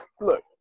look